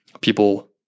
People